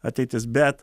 ateitis bet